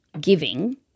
giving